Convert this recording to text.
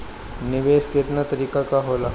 निवेस केतना तरीका के होला?